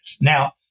Now